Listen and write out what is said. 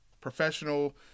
professional